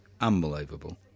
Unbelievable